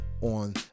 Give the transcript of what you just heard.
on